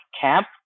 Camp